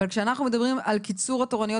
אבל כשאנחנו מדברים על קיצור התורנויות